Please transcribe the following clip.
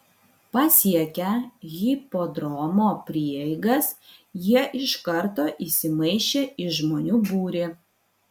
pasiekę hipodromo prieigas jie iš karto įsimaišė į žmonių būrį